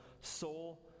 Soul